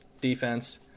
defense